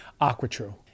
AquaTrue